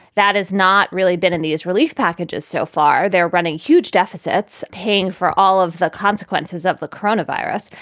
that has not really been in these relief packages so far. they're running huge deficits, paying for all of the consequences of the coronavirus.